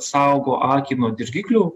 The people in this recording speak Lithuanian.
saugo akį nuo dirgiklių